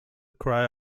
cry